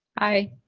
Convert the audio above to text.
aye.